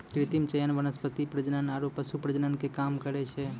कृत्रिम चयन वनस्पति प्रजनन आरु पशु प्रजनन के काम छै